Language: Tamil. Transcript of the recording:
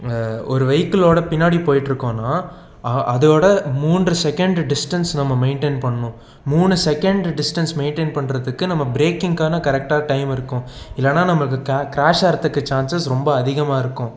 ஒரு வெய்க்கிளோட பின்னாடி போயிட்டுருக்கோன்னா அ அதோட மூன்று செகண்ட் டிஸ்ட்டன்ஸ் நம்ம மெயிட்டன் பண்ணனும் மூணு செகண்ட் டிஸ்ட்டன்ஸ் மெயிட்டன் பண்ணுறதுக்கு நம்ம ப்ரேக்கிங்கான கரெக்ட்டாக டைம் இருக்கும் இல்லைனா நம்ம க்ரா க்ராஸ் ஆகுறதுக்கு சான்சஸ் ரொம்ப அதிகமாக இருக்கும்